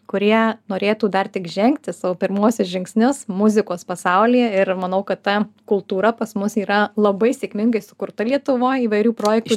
kurie norėtų dar tik žengti savo pirmuosius žingsnius muzikos pasaulyje ir manau kad ta kultūra pas mus yra labai sėkmingai sukurta lietuvoj įvairių projektų